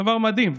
דבר מדהים.